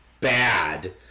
bad